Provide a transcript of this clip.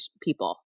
people